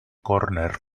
corner